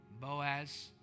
Boaz